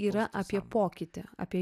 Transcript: yra apie pokytį apie